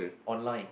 online